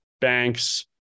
banks